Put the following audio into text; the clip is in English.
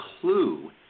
clue